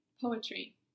poetry